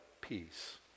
peace